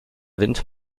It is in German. wind